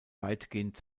weitgehend